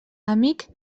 amic